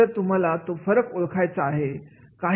तर तुम्हाला तो फरक ओळखायचा आहे